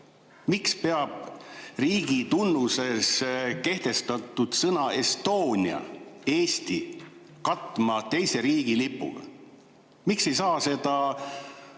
Miks peab riigitunnuses kehtestatud sõna "Estonia", "Eesti", katma teise riigi lipuga? Miks ei saa seda